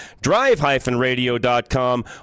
drive-radio.com